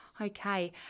Okay